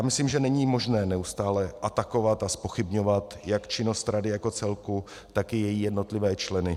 Myslím, že není možné neustále atakovat a zpochybňovat jak činnost rady jako celku, tak i její jednotlivé členy.